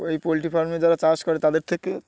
ওই পোলট্রি ফার্মে যারা চাষ করে তাদের থেকে